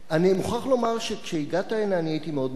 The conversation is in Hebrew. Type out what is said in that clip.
אני מוכרח לומר, כשהגעת הנה הייתי מאוד מודאג.